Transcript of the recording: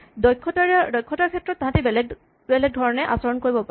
দক্ষতাৰ ক্ষেত্ৰত তাহাঁতি বেলেগ ধৰে আচৰণ কৰিব পাৰে